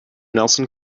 nelson